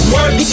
Work